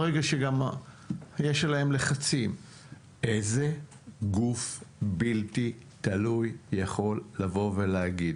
ברגע שגם יש להם לחצים זה גוף בלתי תלוי יכול לבוא ולהגיד